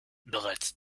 bereits